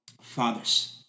Fathers